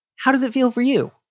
how does it feel for you?